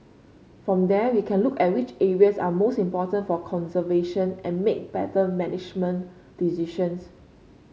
from there we can look at which areas are most important for conservation and make better management decisions